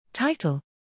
Title